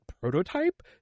prototype